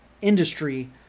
industry